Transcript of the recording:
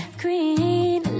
green